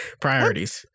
Priorities